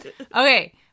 Okay